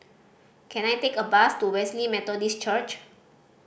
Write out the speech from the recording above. can I take a bus to Wesley Methodist Church